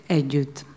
együtt